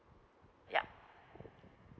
yup